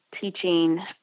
teaching